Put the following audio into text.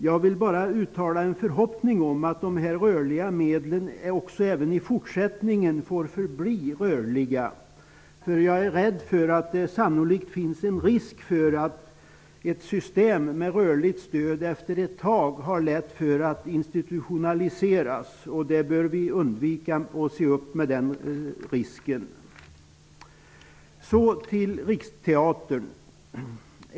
Jag vill bara uttala en förhoppning om att dessa rörliga medel även i fortsättningen får förbli rörliga. Jag är rädd för att det finns en risk för att ett system med rörligt stöd efter ett tag lätt blir institutionaliserat. Det bör vi undvika. Vi måste se upp med den risken. Låt mig så gå över till Riksteatern.